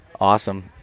Awesome